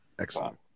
excellent